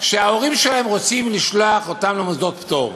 שההורים שלהם רוצים לשלוח אותם למוסדות פטור.